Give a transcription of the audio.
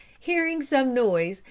hearing some noise,